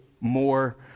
more